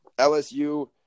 LSU